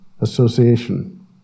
association